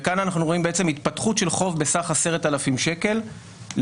וכאן אנחנו רואים התפתחות של חוב בסך 10,000 שקל לאורך